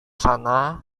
sana